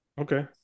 Okay